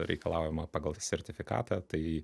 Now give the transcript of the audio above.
reikalaujama pagal sertifikatą tai